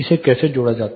इसे कैसे जोड़ा जाता है